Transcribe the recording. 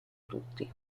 tutti